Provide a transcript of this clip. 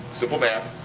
simple math.